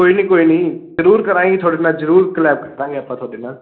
ਕੋਈ ਨਹੀਂ ਕੋਈ ਨਹੀਂ ਜ਼ਰੂਰ ਕਰਾਂਗੇ ਤੁਹਾਡੇ ਨਾਲ ਜ਼ਰੂਰ ਕਲੈਬ ਕਰਾਂਗੇ ਆਪਾਂ ਤੁਹਾਡੇ ਨਾਲ